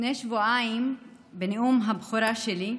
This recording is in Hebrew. לפני שבועיים, בנאום הבכורה שלי,